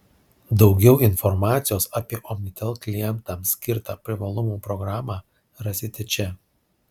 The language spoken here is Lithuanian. daugiau informacijos apie omnitel klientams skirtą privalumų programą rasite čia